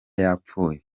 yapfuye